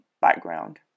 Background